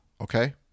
Okay